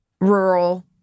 rural